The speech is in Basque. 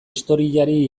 historiari